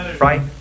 Right